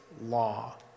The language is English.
law